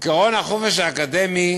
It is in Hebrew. עקרון החופש האקדמי